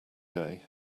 day